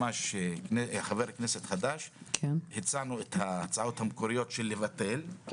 כשהייתי חבר כנסת חדש הצענו את ההצעות המקוריות לבטל את זה,